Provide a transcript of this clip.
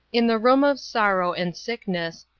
in the room of sorrow and sickness,